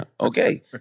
Okay